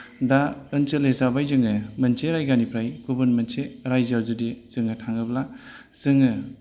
दा ओनसोल हिसाबै जोङो मोनसे जायगानिफ्राय गुबुन मोनसे राइजोआव जुदि जोङो थाङोब्ला जोङो